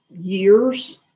years